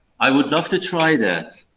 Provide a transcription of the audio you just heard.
i would love to try that.